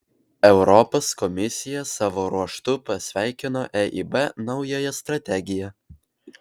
europos komisija savo ruožtu pasveikino eib naująją strategiją